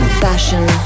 fashion